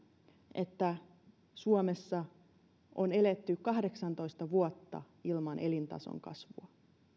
että suomessa on eletty kahdeksantoista vuotta ilman elintason kasvua